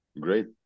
Great